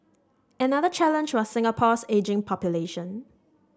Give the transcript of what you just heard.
another challenge was Singapore's ageing population